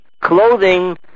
clothing